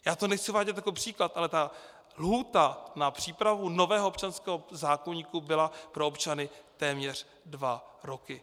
Já to nechci uvádět jako příklad, ale ta lhůta na přípravu nového občanského zákoníku byla pro občany téměř dva roky.